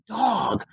dog